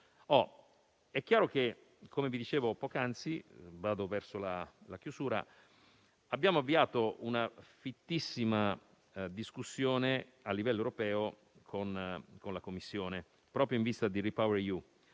È chiaro che, come vi dicevo poc'anzi, abbiamo avviato una fittissima discussione a livello europeo con la Commissione, proprio in vista del piano RePower EU.